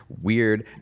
weird